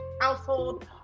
household